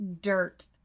dirt